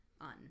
on